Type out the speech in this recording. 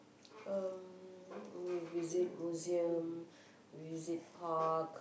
um visit museum visit park